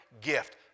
gift